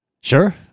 Sure